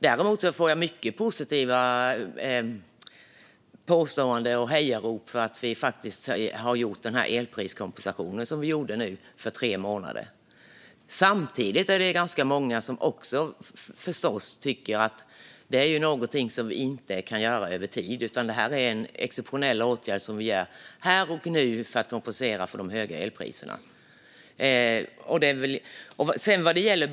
Men jag får också många hejarop för den elpriskompensation för tre månader som vi gjort. Samtidigt tycker förstås många att detta inte är något som kan göras över tid utan att det är en exceptionell åtgärd som görs här och nu för att kompensera för de höga elpriserna.